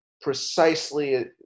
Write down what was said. precisely